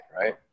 right